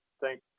thank